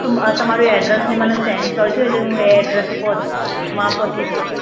તમ તમારું એડ્રેસ ને મને સેન્ડ કરજો એટલે હું એ એડ્રેસે માં પહોંચી જઈશ